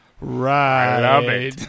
Right